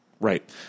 Right